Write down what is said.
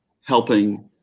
helping